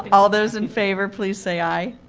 all those in favor, please say, aye.